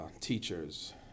teachers